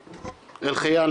חייאן,